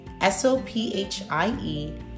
S-O-P-H-I-E